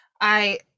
I-